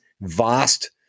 vast